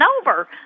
over